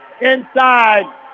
inside